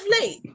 late